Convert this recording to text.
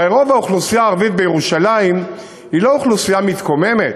הרי רוב האוכלוסייה הערבית בירושלים היא לא אוכלוסייה מתקוממת,